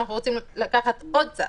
אנחנו רוצים לקחת עוד צעד,